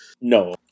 No